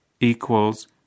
equals